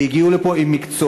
והם הגיעו לפה עם מקצועות.